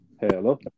Hello